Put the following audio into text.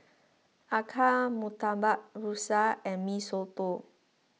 Acar Murtabak Rusa and Mee Soto